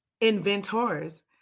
inventors